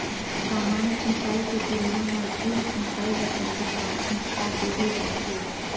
सामान्य सिंचाई के तुलना म ड्रिप सिंचाई ल ज्यादा प्राथमिकता देहे जाथे